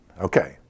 Okay